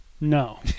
no